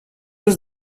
was